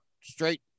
straight